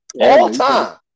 All-time